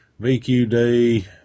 VQD